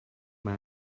mae